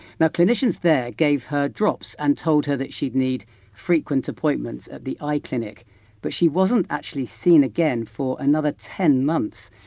now clinicians there gave her drops and told her that she'd need frequent appointments at the eye clinic but she wasn't actually seen again for another ten months.